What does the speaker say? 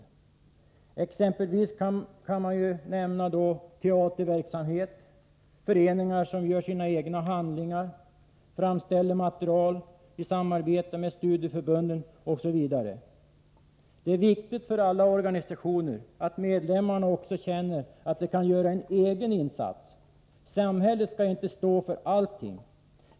Jag kan exempelvis nämna teaterverksamhet, föreningar som gör sina egna handlingar eller framställer material i samarbete med studieförbunden osv. Det är viktigt för alla organisationer att medlemmarna känner att de också kan göra en egen insats. Samhället skall inte stå för allting.